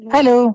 Hello